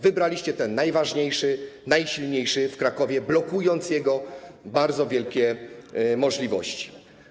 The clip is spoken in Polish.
Wybraliście ten najważniejszy, najsilniejszy w Krakowie, blokując jego bardzo wielkie możliwości.